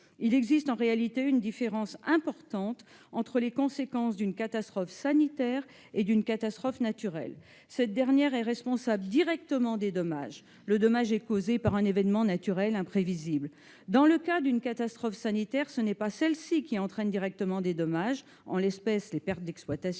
Il existe en réalité une différence importante entre une catastrophe sanitaire et une catastrophe naturelle. Cette dernière est directement responsable des dommages causés par un événement naturel imprévisible. Dans le cas d'une catastrophe sanitaire, ce n'est pas celle-ci qui entraîne directement des dommages, en l'espèce les pertes d'exploitation,